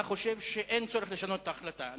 אתה חושב שאין צורך לשנות את ההחלטה.